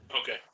Okay